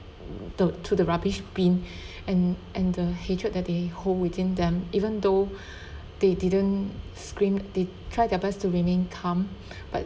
to to the rubbish bin and and the hatred that day hold within them even though they didn't scream they try their best to remain calm but